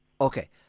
Okay